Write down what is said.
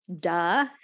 duh